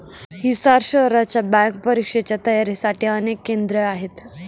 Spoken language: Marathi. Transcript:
हिसार शहरात बँक परीक्षांच्या तयारीसाठी अनेक केंद्रे आहेत